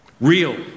Real